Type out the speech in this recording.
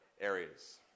areas